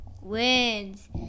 wins